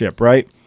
right